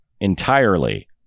entirely